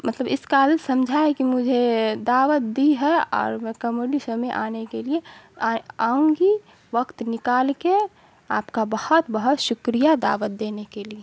مطلب اس قابل سمجھا ہے کہ مجھے دعوت دی ہے اور میں کومیڈی شو میں آنے کے لیے آؤں گی وقت نکال کے آپ کا بہت بہت شکریہ دعوت دینے کے لیے